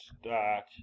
start